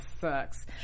sucks